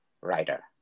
writer